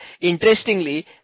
interestingly